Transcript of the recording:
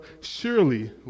Surely